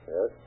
Yes